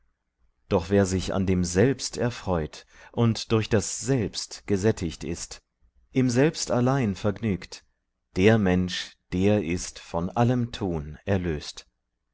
doch wer sich an dem selbst erfreut und durch das selbst gesättigt ist im selbst allein vergnügt der mensch der ist von allem tun erlöst